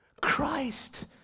Christ